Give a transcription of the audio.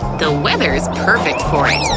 the weather's perfect for it!